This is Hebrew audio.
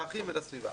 לאחים ולסביבה.